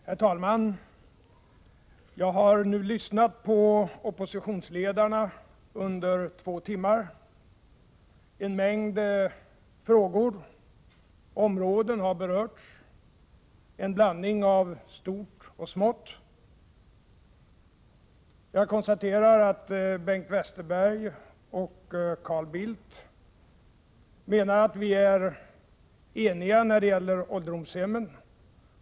Herr talman! Jag har nu lyssnat på opposionsledarna under två timmar. En mängd frågor och områden har berörts, en blandning av stort och smått. Jag konstaterar att Bengt Westerberg och Carl Bildt menar att vi är överens om ålderdomshemmen.